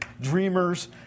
Dreamers